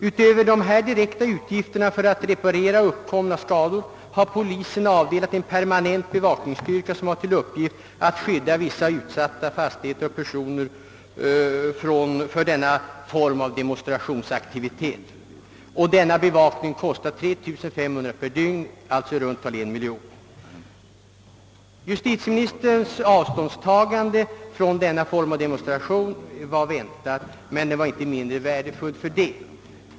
Utöver dessa direkta utgifter för att reparera uppkomna skador har polisen avdelat en permanent bevakningsstyrka med uppgift att skydda vissa utsatta fastigheter och personer för denna form av demonstrationsaktivitet. Denna fasta bevakning kostar cirka 3500 kronor per dygn, alltså ungefär en miljon kronor om året. Justitieministerns avståndstagande från denna form av demonstrationer var väntad men inte mindre värdefull för det.